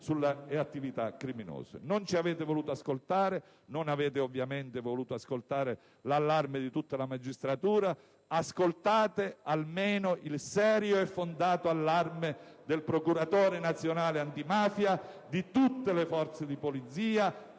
attività criminose. Non ci avete voluto ascoltare, e non avete ovviamente voluto ascoltare l'allarme di tutta la magistratura. Ascoltate almeno il serio e fondato allarme del Procuratore nazionale antimafia, di tutte le forze di polizia,